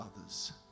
others